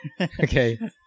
Okay